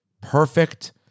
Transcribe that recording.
Perfect